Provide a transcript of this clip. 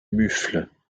mufle